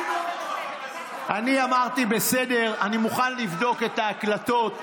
אני אמרתי: בסדר, אני מוכן לבדוק את ההקלטות.